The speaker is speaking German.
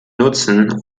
nutzen